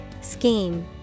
Scheme